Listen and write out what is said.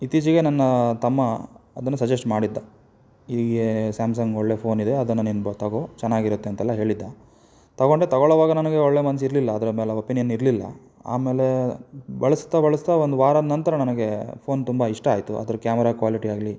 ಇತ್ತೀಚೆಗೆ ನನ್ನ ತಮ್ಮ ಅದನ್ನು ಸಜೆಸ್ಟ್ ಮಾಡಿದ್ದ ಹೀಗೆ ಸ್ಯಾಮ್ಸಂಗ್ ಒಳ್ಳೆಯ ಫೋನಿದೆ ಅದನ್ನು ನೀನು ಬ ತಗೊ ಚೆನ್ನಾಗಿರುತ್ತೆ ಅಂತೆಲ್ಲ ಹೇಳಿದ್ದ ತಗೊಂಡೆ ತಗೊಳ್ಳುವಾಗ ನನಗೆ ಒಳ್ಳೆಯ ಮನಸಿರ್ಲಿಲ್ಲ ಅದರ ಮೇಲೆ ಒಪಿನಿಯನ್ ಇರಲಿಲ್ಲ ಆಮೇಲೆ ಬಳಸ್ತ ಬಳಸ್ತ ಒಂದು ವಾರದ ನಂತರ ನನಗೆ ಫೋನ್ ತುಂಬ ಇಷ್ಟ ಆಯಿತು ಅದ್ರ ಕ್ಯಾಮರ ಕ್ವಾಲಿಟಿ ಆಗಲೀ